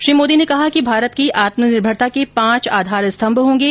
श्री मोदी ने कहा कि भारत की आत्मनिर्भरता के पांच आधार स्तम्भ होंगे